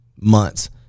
months